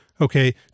okay